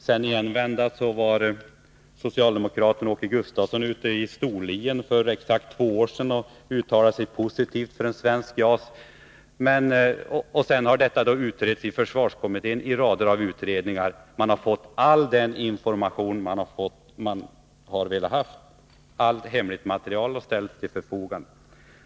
I en vända var socialdemokraten Åke Gustavsson i Storlien — för exakt två år sedan — och uttalade sig positivt för en svensk JAS. Sedan har detta utretts i försvarskommittén och i en rad utredningar. Man har fått all den information man velat ha. Allt hemligt material har ställts till förfogande.